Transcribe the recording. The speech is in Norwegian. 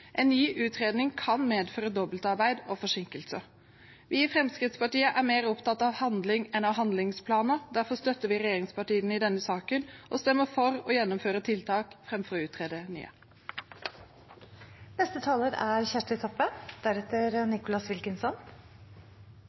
En ny utredning kan medføre dobbeltarbeid og forsinkelse. Vi i Fremskrittspartiet er mer opptatt av handling enn av handlingsplaner, og derfor støtter vi regjeringspartiene i denne saken og stemmer for å gjennomføre tiltak framfor å utrede nye. Høyrselshemjing er